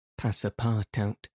Passapartout